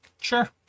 Sure